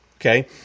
Okay